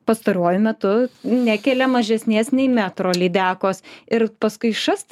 pastaruoju metu nekelia mažesnės nei metro lydekos ir paskui šast